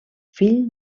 fill